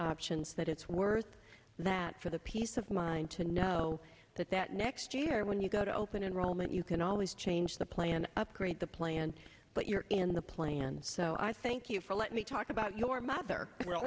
sions that it's worth that for the peace of mind to know that that next year when you go to open enrollment you can always change the plan upgrade the plan but you're in the plans so i thank you for let me talk about your mother